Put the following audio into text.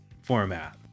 format